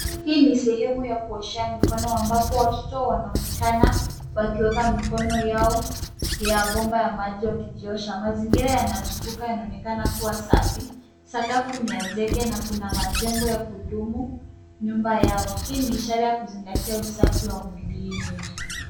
Hii ni sehemu ya kuoshea mikono ambapo watoto wanaonekana wakiweka mikono yao ya bomba ya maji wakijiosha. Mazingira yanazunguka yanaonekana kuwa safi. Sakafu ni ya zege na kuna majengo ya kudumu nyumba yao. Hii ni ishara ya kuzingatia usafi wa mwilini.